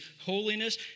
holiness